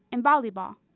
and volleyball.